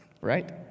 right